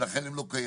אז לכן הם לא קיימים,